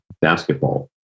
basketball